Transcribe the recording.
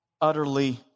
utterly